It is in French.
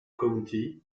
county